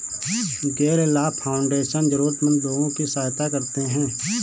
गैर लाभ फाउंडेशन जरूरतमन्द लोगों की सहायता करते हैं